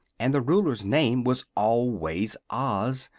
and the ruler's name was always oz,